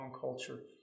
culture